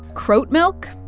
croat milk?